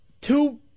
Two